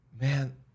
man